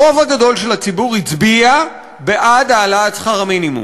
הרוב הגדול של הציבור הצביע בעד העלאת שכר המינימום.